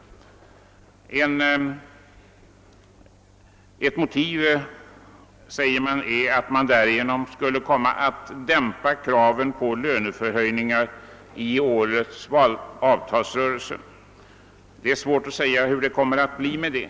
Ett motiv anges vara att man skulle komma att dämpa kraven på lönehöjningar i årets avtalsrörelse. Det är svårt att säga hur det kommer att bli med detta.